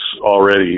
already